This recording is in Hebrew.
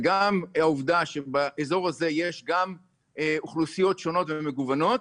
וגם העובדה שבאזור הזה יש גם אוכלוסיות שונות ומגוונות,